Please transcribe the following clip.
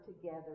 together